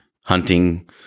Hunting